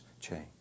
change